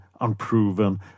unproven